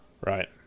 Right